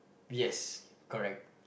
yes correct